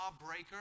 lawbreaker